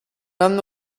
anno